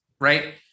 right